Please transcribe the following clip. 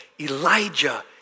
Elijah